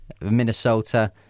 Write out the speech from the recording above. Minnesota